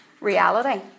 reality